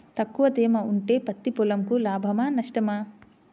తక్కువ తేమ ఉంటే పత్తి పొలంకు లాభమా? నష్టమా?